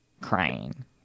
crying